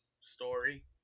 story